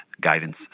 guidance